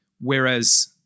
Whereas